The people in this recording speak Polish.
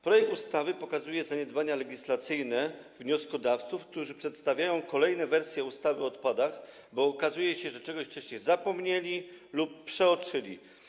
Projekt ustawy pokazuje zaniedbania legislacyjne wnioskodawców, którzy przedstawiają kolejne wersje ustawy o odpadach, bo okazuje się, że o czymś wcześniej zapomnieli lub coś przeoczyli.